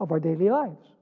of our daily lives.